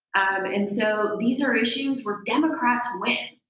and so these are issues where democrats win,